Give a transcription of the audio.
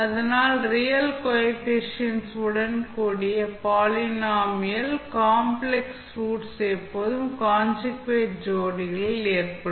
அதனால் real coefficients உடன் கூடிய பாலினாமியல் ன் காம்ப்ளக்ஸ் ரூட்ஸ் எப்போதும் கான்ஜுகேட் ஜோடிகளில் ஏற்படும்